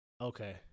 Okay